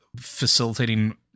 facilitating